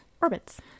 orbits